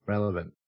Relevant